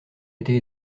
été